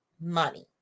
money